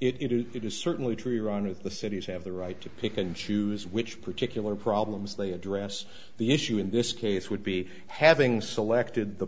it is certainly true ronnie the cities have the right to pick and choose which particular problems they address the issue in this case would be having selected the